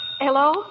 Hello